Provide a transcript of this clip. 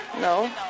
No